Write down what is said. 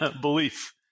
belief